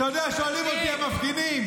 אתה יודע שאני עם המפגינים.